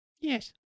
Yes